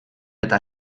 eta